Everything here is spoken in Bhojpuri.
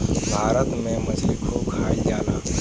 भारत में मछली खूब खाईल जाला